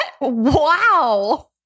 Wow